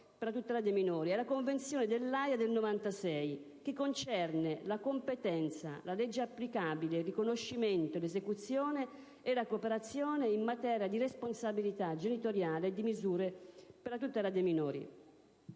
per la tutela dei minori: la convenzione de L'Aja del 1996 concernente la competenza, la legge applicabile, il riconoscimento, l'esecuzione e la cooperazione in materia di responsabilità genitoriale e di misure per la tutela dei minori;